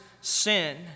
sin